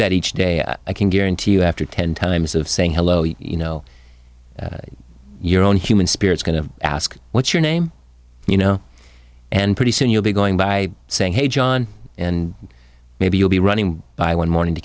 that each day i can guarantee you after ten times of saying hello you know your own human spirit's going to ask what's your name you know and pretty soon you'll be going by saying hey john and maybe you'll be running by one morning to